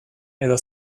edo